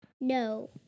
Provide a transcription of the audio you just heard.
No